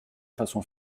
façon